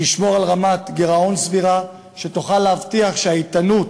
שישמור על רמת גירעון סבירה שתוכל להבטיח שהאיתנות